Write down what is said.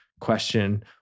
question